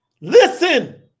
Listen